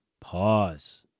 Pause